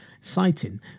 citing